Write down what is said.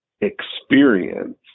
experience